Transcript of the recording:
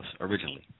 originally